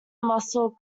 muscle